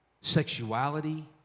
Sexuality